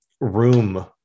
room